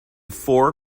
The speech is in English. four